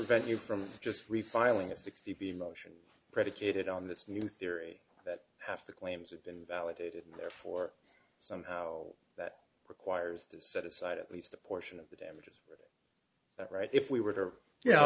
you from just free filing a sixty p motion predicated on this new theory that half the claims have been validated therefore somehow that requires to set aside at least a portion of the damage that right if we were there y